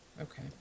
Okay